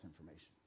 information